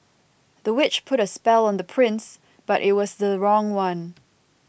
the witch put a spell on the prince but it was the wrong one